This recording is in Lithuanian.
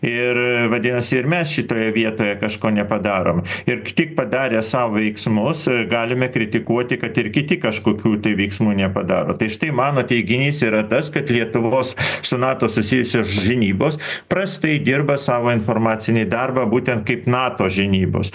ir vadinasi ir mes šitoje vietoje kažko nepadarom ir tik padarę savo veiksmus galime kritikuoti kad ir kiti kažkokių veiksmų nepadaro tai štai mano teiginys yra tas kad lietuvos su nato susijusios žinybos prastai dirba savo informacinį darbą būtent kaip nato žinybos